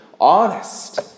Honest